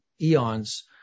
eons